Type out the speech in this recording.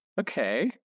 okay